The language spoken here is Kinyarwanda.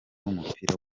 w’umupira